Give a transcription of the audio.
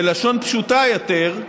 בלשון פשוטה יותר,